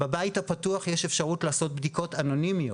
בבית הפתוח יש אפשרות לעשות בדיקות אנונימיות,